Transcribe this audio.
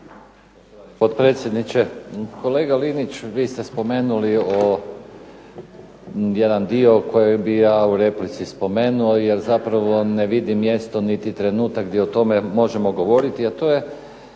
Potpredsjedniče, kolega Linić vi ste spomenuli o, jedan dio koji bi ja u replici spomenuo, jer zapravo ne vidim mjesto niti trenutak gdje o tome možemo govoriti, a to je